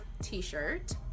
t-shirt